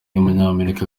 w’umunyamerika